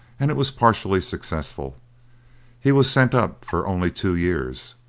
and it was partially successful he was sent up for only two years.